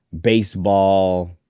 baseball